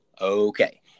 Okay